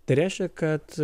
tai reiškia kad